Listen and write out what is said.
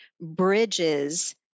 bridges